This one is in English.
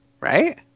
right